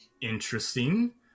interesting